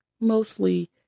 Mostly